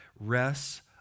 rests